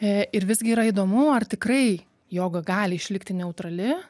ir visgi yra įdomu ar tikrai joga gali išlikti neutrali